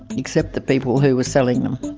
except the people who were selling them.